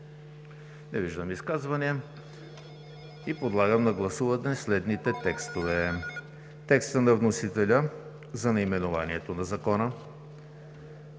Не виждам. Подлагам на гласуване следните текстове: текста на вносителя за наименованието на Закона;